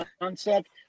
concept